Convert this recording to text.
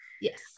Yes